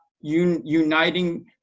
uniting